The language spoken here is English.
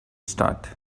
start